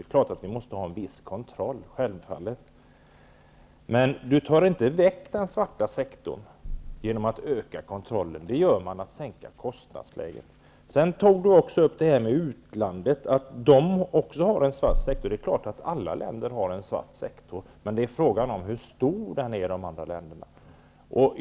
Det är klart att det måste finnas en viss kontroll. Men den svarta sektorn försvinner inte genom att kontrollen utökas utan i stället genom att sänka kostnaderna. Lars Bäckström tog vidare upp att det även finns en svart sektor i utlandet. Det är klart att alla länder har en svart sektor. Men frågan är hur stor den är i de andra länderna.